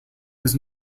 was